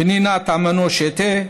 פנינה תמנו-שטה,